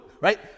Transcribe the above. right